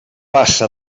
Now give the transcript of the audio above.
bassa